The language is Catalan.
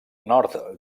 nord